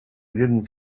didn’t